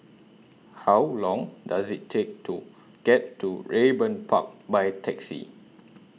How Long Does IT Take to get to Raeburn Park By Taxi